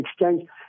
Exchange